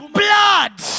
blood